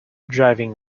driving